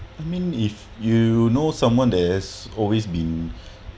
I mean if you know someone there's always been